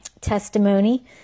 testimony